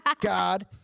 God